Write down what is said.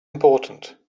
important